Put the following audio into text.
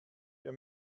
wir